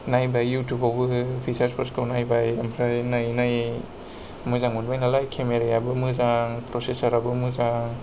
नायबाय युटिउबाव बो फिचार्सफोरखौ नायबाय ओमफ्राय नायै नायै मोजां मोनबाय नालाय केमेरायाबो मोजां प्रसेसोराबो मोजां